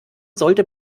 sollte